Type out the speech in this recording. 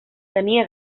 tenia